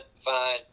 Fine